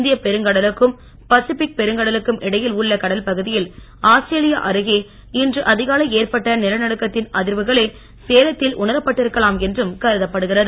இந்திய பெருங்கடலுக்கும் பசிபிக் பெருங்கடலுக்கும் இடையில் உள்ள கடல் பகுதியில் ஆஸ்திரேலியா அருகே அதிகாலை ஏற்பட்ட நிலநடுக்கத்தின் அதிர்வுகளே சேலத்தில் இன்று உணரப்பட்டிருக்கலாம் என்றும் கருதப்படுகிறது